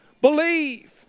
believe